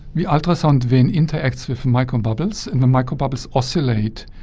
the ultrasound then interacts with microbubbles and the microbubbles oscillate,